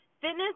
fitness